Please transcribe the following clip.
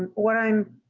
what i'm